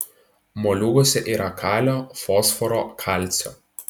moliūguose yra kalio fosforo kalcio